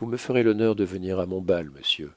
vous me ferez l'honneur de venir à mon bal monsieur